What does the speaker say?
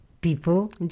people